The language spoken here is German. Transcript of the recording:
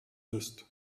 ist